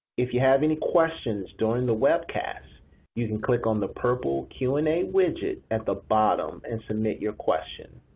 if you have any questions during the webcast you can click on the purple q and a widget at the bottom and submit your question.